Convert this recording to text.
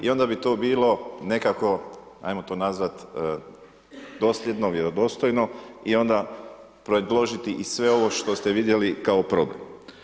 I onda bi to bilo nekako hajmo to nazvati dosljedno, vjerodostojno i onda predložiti i sve ovo što ste vidjeli kao problem.